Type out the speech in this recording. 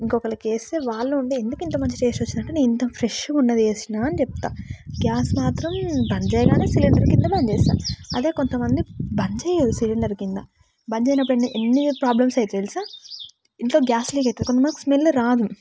ఇంకొకరికి వేస్తే వాళ్ళు ఉండి ఎందుకింత మంచి టేస్ట్ వచ్చింది అంటే నేను ఫ్రెష్గా ఉన్నది వేసినా అని చెప్తా గ్యాస్ మాత్రం బంద్ చేయగానే సిలిండర్ కింద పని చేస్తాను అదే కొంతమంది బంద్ చేయరు సిలిండర్ కింద బంద్ చేయనప్పుడు ఎన్ని ఎన్ని ప్రాబ్లమ్స్ అవుతదో తెలుసా ఇంట్లో గ్యాస్ లీక్ అవుతుంది కొంతమందికి స్మెల్ రాదు